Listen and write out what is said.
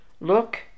look